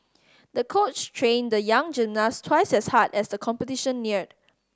the coach trained the young gymnast twice as hard as the competition neared